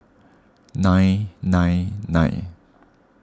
nine nine nine